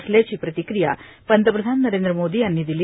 असल्याची प्रतिक्रिया पंतप्रधान नरेंद्र मोदी यांनी दिली